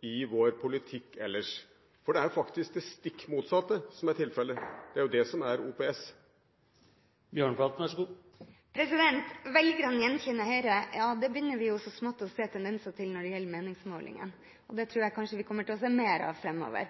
i vår politikk ellers? For det er faktisk det stikk motsatte som er tilfellet. Det er det som er OPS. Velgerne gjenkjenner Høyre. Det begynner vi så smått å se tendenser til når det gjelder meningsmålingene, og det tror jeg kanskje vi kommer til å se mer av framover.